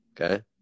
okay